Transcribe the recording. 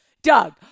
Doug